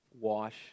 wash